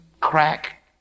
crack